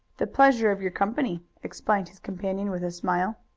the pleasure of your company, explained his companion with a smile.